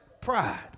Pride